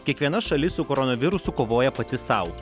kiekviena šalis su koronavirusu kovoja pati sau